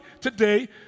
today